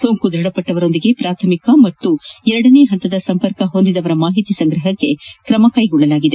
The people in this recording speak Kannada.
ಸೋಂಕು ದೃಢಪಟ್ಟವರೊಂದಿಗೆ ಪ್ರಾಥಮಿಕ ಮತ್ತು ಎರಡನೇ ಹಂತದ ಸಂಪಕ ಹೊಂದಿದವರ ಮಾಹಿತಿ ಸಂಗ್ರಹಕ್ಕೆ ಕ್ರಮ ಕೈಗೊಳ್ಳಲಾಗಿದೆ